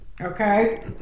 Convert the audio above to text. okay